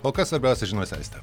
o kas svarbiausia žiniose aistė